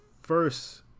first